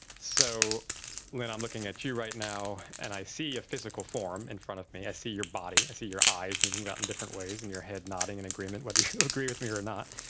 so when i'm looking at you right now and i see a physical form in front of me, i see your body, i see your eyes moving about in different ways and your head nodding in agreement, whether you agree with me or not,